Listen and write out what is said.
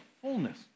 fullness